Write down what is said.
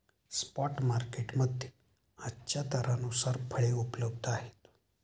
spot market मध्ये आजच्या दरानुसार फळे उपलब्ध आहेत